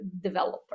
developer